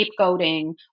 scapegoating